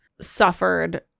suffered